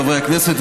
חברי הכנסת,